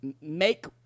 make